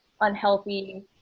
unhealthy